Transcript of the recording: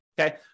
okay